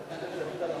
כמעט נפלנו.